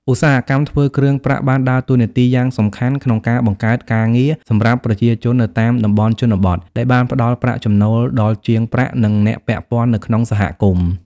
ឧស្សាហកម្មធ្វើគ្រឿងប្រាក់បានដើរតួនាទីយ៉ាងសំខាន់ក្នុងការ បង្កើតការងារ សម្រាប់ប្រជាជននៅតាមតំបន់ជនបទ ដែលបានផ្តល់ប្រាក់ចំណូលដល់ជាងប្រាក់ និងអ្នកពាក់ព័ន្ធនៅក្នុងសហគមន៍។